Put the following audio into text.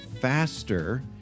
faster